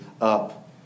up